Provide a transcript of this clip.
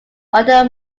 under